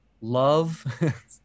love